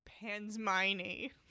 pansminey